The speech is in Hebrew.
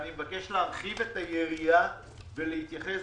אני מבקש להרחיב את היריעה ולהתייחס